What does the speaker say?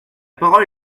parole